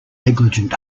negligent